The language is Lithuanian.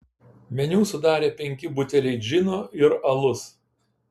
meniu sudarė penki buteliai džino ir alus